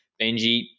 Benji